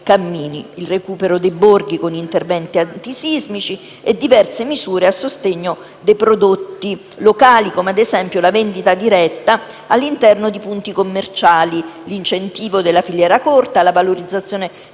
il recupero dei borghi, con interventi antisismici, e diverse misure a sostegno dei prodotti tipici locali, come ad esempio la vendita diretta all'interno di punti commerciali, l'incentivo della filiera corta e la valorizzazione delle